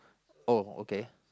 uh oh okay